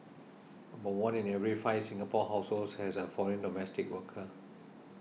about one in every five Singapore households has a foreign domestic worker